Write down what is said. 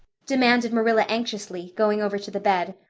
demanded marilla anxiously, going over to the bed.